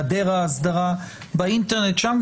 היעדר האסדרה באינטרנט שם,